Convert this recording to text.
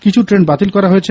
কিছু ট্রেন বাতিল করা হয়েছে